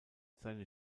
seine